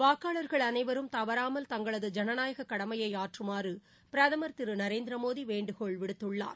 வாக்காளர்கள் அனைவரும் தவறாமல் தங்களது ஜனநாயக கடமையை ஆற்றுமாறு பிரதமர் திரு நரேந்திர மோடி வேண்டுகோள் விடுத்துள்ளார்